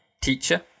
teacher